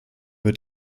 wird